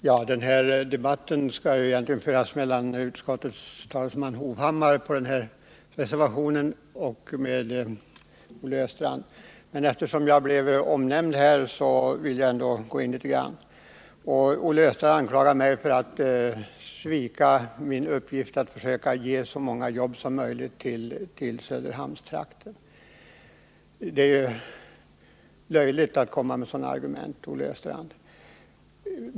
Herr talman! Debatten beträffande den här reservationen skall egentligen föras mellan utskottets talesman, herr Hovhammar, och Olle Östrand, men eftersom jag blev omnämnd vill jag ändå göra ett inlägg. Olle Östrand anklagar mig för att svika min uppgift att försöka få så många jobb som möjligt till Söderhamnstrakten. Det är löjligt att föra fram sådana argument, Olle Östrand.